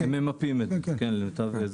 הם ממפים את זה.